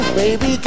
baby